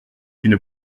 une